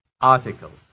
Articles